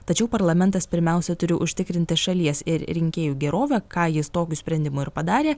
tačiau parlamentas pirmiausia turi užtikrinti šalies ir rinkėjų gerovę ką jis tokiu sprendimu ir padarė